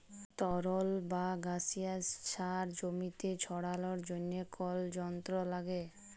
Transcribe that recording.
তরল বা গাসিয়াস সার জমিতে ছড়ালর জন্হে কল যন্ত্র লাগে